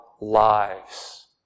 lives